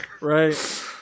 Right